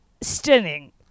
Stunning